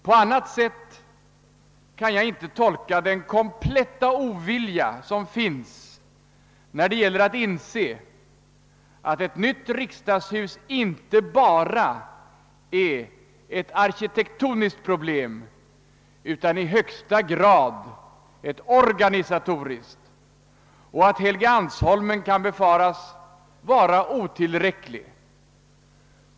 På annat sätt kan jag inte tolka den kompletta ovilja som finns när det gäller att inse att ett nytt riksdagshus inte bara är ett arkitektoniskt problem utan i högsta grad ett organisatoriskt, och att Helgeandsholmen kan befaras vara otillräcklig.